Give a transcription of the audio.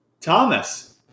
thomas